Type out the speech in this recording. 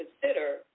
consider